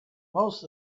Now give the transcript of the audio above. most